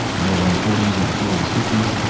the roaring forty s or the furious fifty s,